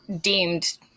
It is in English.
deemed